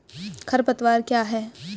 खरपतवार क्या है?